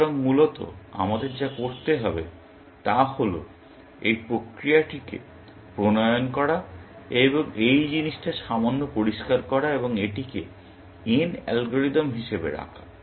সুতরাং মূলত আমাদের যা করতে হবে তা হল এই প্রক্রিয়াটিকে প্রণয়ন করা এবং এই জিনিষটা সামান্য পরিষ্কার করা এবং এটিকে n অ্যালগরিদম হিসাবে রাখা